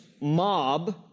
mob